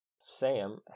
Sam